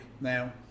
Now